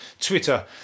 twitter